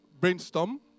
Brainstorm